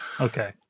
Okay